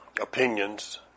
opinions